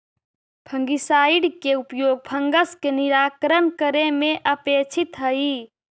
fungicide के उपयोग fungus के निराकरण करे में अपेक्षित हई